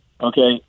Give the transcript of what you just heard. Okay